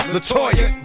LaToya